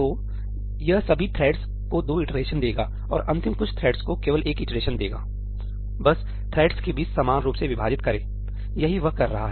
तो यह सभी थ्रेड्स को दो इटरेशनदेगा और अंतिम कुछ थ्रेड्स को केवल एक इटरेशनदेगा बस थ्रेड्स के बीच समान रूप से विभाजित करें यही वह कर रहा है